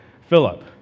Philip